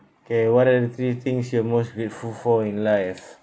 okay what are the three things you are most grateful for in life